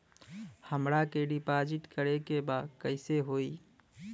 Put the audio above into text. हमरा के डिपाजिट करे के बा कईसे होई?